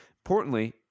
Importantly